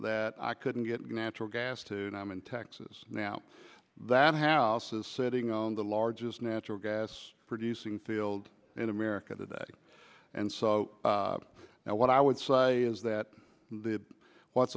that i couldn't get natural gas to and i'm in texas now that house is sitting on the largest natural gas producing field in america today and so now what i would say is that what's